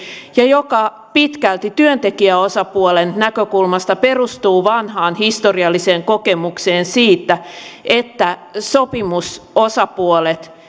ja joka pitkälti työntekijäosapuolen näkökulmasta perustuu vanhaan historialliseen kokemukseen siitä että sopimusosapuolet